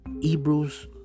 Hebrews